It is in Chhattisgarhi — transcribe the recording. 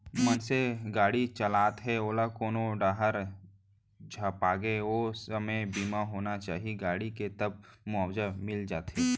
मनसे गाड़ी चलात हे ओहा कोनो डाहर झपागे ओ समे बीमा होना चाही गाड़ी के तब मुवाजा मिल जाथे